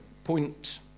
Point